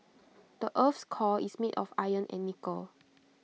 the Earth's core is made of iron and nickel